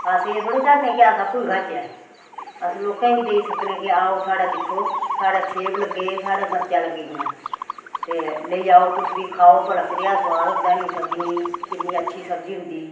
अस एह् थोह्ड़े चाह्न्ने कि अस आपूं ई खाचै अस लोकें गी देई सकने कि आओ साढ़ै दिक्खो साढ़ै सेब लग्गे दे साढ़ै मर्चां लग्गी दी आं ते लेई जाओ तुस बी खाओ भला कदेआ सोआद होंदा इ'नें सब्जिएं किन्नी अच्छी सब्जी होंदी